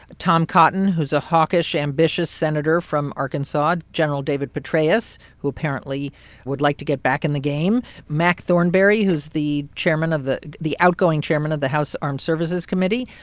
ah tom cotton, who's a hawkish, ambitious senator from arkansas. general david petraeus, who apparently would like to get back in the game. mac thornberry, who's the chairman of the the outgoing chairman of the house armed services committee.